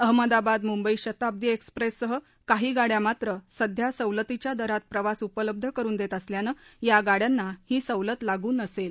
अहमदाबाद मुंबई शताब्दी एक्सप्रेससह काही गाड्या मात्र सध्या सवलतीच्या दरात प्रवास उपलब्ध करून देत असल्यानं या गाड्यांना ही सवलत लागू नसेल